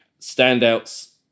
standouts